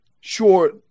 short